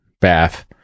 bath